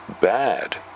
bad